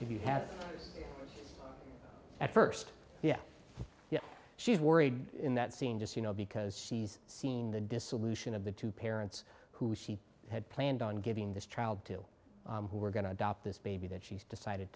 if you have at first yeah yeah she's worried in that scene just you know because she's seen the dissolution of the two parents who she had planned on giving this child to who were going to adopt this baby that she's decided